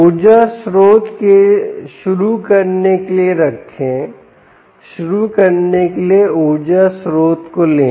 ऊर्जा स्रोत को शुरू करने के लिए रखें शुरू करने के लिए ऊर्जा स्रोत को लें